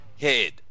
head